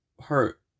hurt